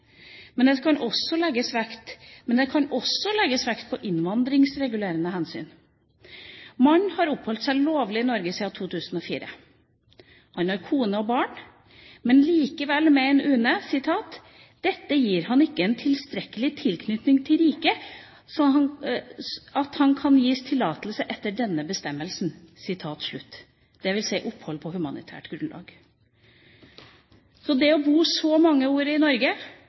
men at det også kan legges vekt på innvandringsregulerende hensyn. Mannen har oppholdt seg lovlig i Norge siden 2004. Han har kone og barn, men likevel mener UNE at «dette ikke gir han en slik selvstendig tilknytning til Norge at han gis tillatelse etter denne bestemmelsen» – dvs. opphold på humanitært grunnlag. Så det å bo så mange år i Norge,